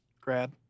grad